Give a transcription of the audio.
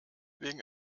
wegen